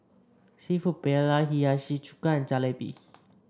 seafood Paella Hiyashi Chuka and Jalebi